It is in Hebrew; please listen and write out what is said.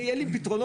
אין לי פתרונות.